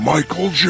Michael